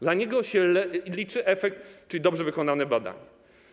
Dla niego liczy się efekt, czyli dobrze wykonane badanie.